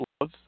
love